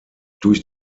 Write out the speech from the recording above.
durch